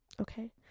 Okay